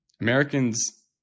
americans